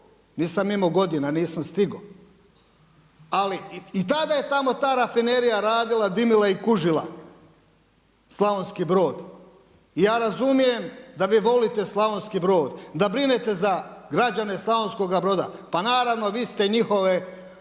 nisam imao godina, nisam stigao, ali i tada je tamo ta rafinerija radila, dimila i kužila Slavonski Brod. Ja razumijem da vi volite Slavonski Brod, da brinete za građane Slavonskoga Broda, pa naravno pa vi ste njihove